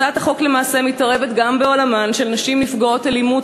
הצעת החוק למעשה מתערבת גם בעולמן של נשים נפגעות אלימות